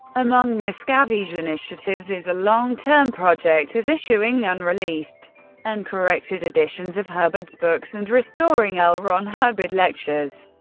among miscavige's initiatives is a long-term project of issuing unreleased and corrected editions of hubbard's books and restoring l. ron hubbard lectures,